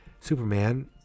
Superman